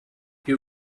you